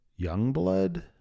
Youngblood